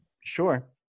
Sure